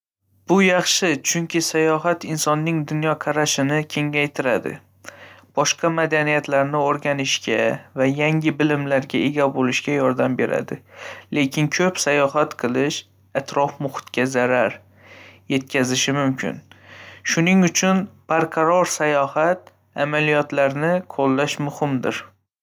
Bu yaxshi, chunki sayohat insonning dunyoqarashini kengaytiradi, boshqa madaniyatlarni o‘rganishga va yangi bilimlarga ega bo‘lishga yordam beradi. Lekin ko‘p sayohat qilish atrof-muhitga zarar yetkazishi mumkin, shuning uchun barqaror sayohat amaliyotlarini qo‘llash muhimdir.